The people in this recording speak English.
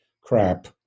crap